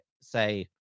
say